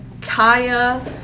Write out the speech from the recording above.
Kaya